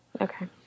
Okay